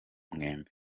mwembi